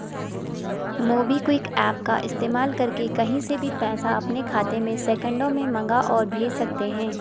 MobiKwik app का इस्तेमाल करके कहीं से भी पैसा अपने खाते में सेकंडों में मंगा और भेज सकते हैं